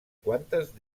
quantes